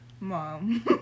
mom